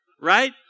right